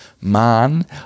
man